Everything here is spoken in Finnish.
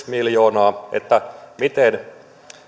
miljoonaa niin miten